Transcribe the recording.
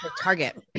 target